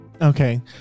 Okay